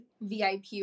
VIP